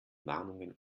warnungen